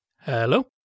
Hello